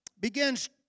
begins